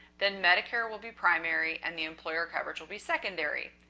then medicare will be primary and the employer coverage will be secondary.